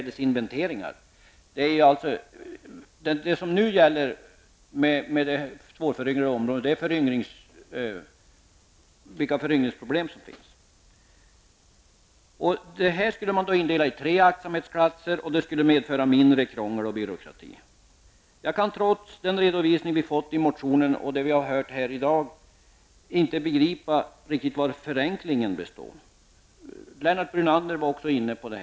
Det som nu gäller för svårföryngrade områden är vilka föryngringsproblem som finns. Enligt det här förslaget skulle man dela in fjällskogsområdet i tre aktsamhetsklasser, och det skulle medföra mindre krångel och byråkrati. Jag kan trots den redovisning vi fått i motionen och trots det vi har hört här i dag inte riktigt begripa vari förenklingen består; Lennart Brunander var också inne på det.